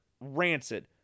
rancid